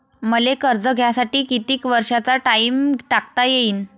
मले कर्ज घ्यासाठी कितीक वर्षाचा टाइम टाकता येईन?